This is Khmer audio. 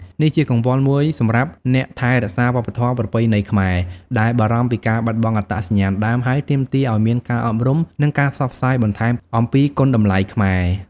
នេះជាកង្វល់មួយសម្រាប់អ្នកថែរក្សាវប្បធម៌ប្រពៃណីខ្មែរ ដែលបារម្ភពីការបាត់បង់អត្តសញ្ញាណដើម ហើយទាមទារឲ្យមានការអប់រំ និងការផ្សព្វផ្សាយបន្ថែមអំពីគុណតម្លៃខ្មែរ។